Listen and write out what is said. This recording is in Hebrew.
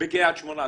בקרית שמונה,